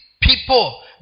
people